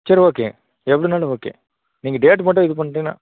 சரி ஓகே எப்படினாலும் ஓகே நீங்கள் டேட்டு மட்டும் இது பண்ணிட்டீங்கன்னா